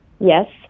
Yes